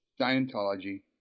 Scientology